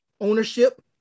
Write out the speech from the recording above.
Ownership